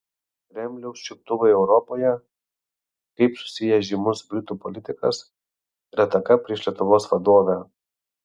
kremliaus čiuptuvai europoje kaip susiję žymus britų politikas ir ataka prieš lietuvos vadovę